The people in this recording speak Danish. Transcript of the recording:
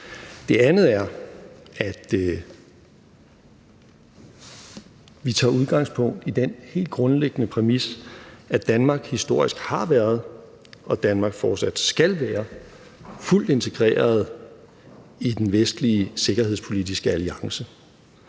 Det andet er, at vi tager udgangspunkt i den helt grundlæggende præmis, at Danmark historisk har været, og at Danmark fortsat skal være fuldt integreret i den vestlige sikkerhedspolitiske alliance.